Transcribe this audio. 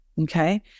Okay